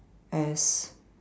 as